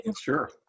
Sure